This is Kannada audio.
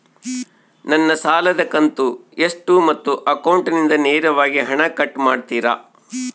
ನನ್ನ ಸಾಲದ ಕಂತು ಎಷ್ಟು ಮತ್ತು ಅಕೌಂಟಿಂದ ನೇರವಾಗಿ ಹಣ ಕಟ್ ಮಾಡ್ತಿರಾ?